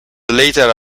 later